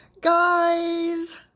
guys